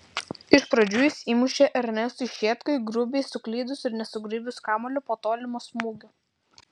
iš pradžių jis įmušė ernestui šetkui grubiai suklydus ir nesugraibius kamuolio po tolimo smūgio